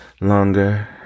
longer